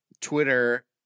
Twitter